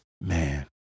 man